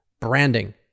Branding